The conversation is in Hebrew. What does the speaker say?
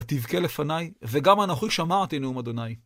ותבכה לפני וגם אנכי שמעתי נאום אדוני